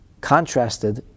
contrasted